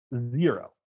zero